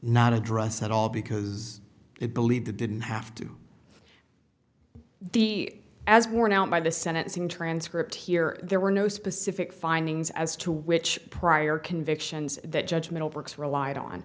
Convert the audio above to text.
not address at all because it believed the didn't have to de as worn out by the senate seemed transcript here there were no specific findings as to which prior convictions that judgment works relied on